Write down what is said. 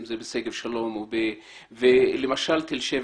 אם זה בשגב שלום או למשל בתל שבע?